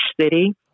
city